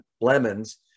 lemons